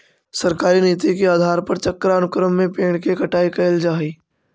सरकारी नीति के आधार पर चक्रानुक्रम में पेड़ के कटाई कैल जा हई